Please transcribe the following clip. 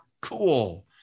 cool